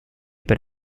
per